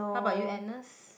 how about you Agnes